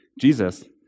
Jesus